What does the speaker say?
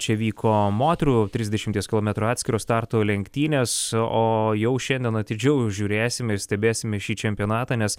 čia vyko moterų trisdešimties kilometrų atskiro starto lenktynės o jau šiandien atidžiau žiūrėsime ir stebėsime šį čempionatą nes